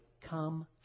come